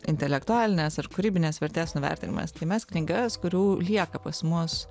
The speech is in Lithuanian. intelektualinės ar kūrybinės vertės nuvertinimas tai mes knygas kurių lieka pas mus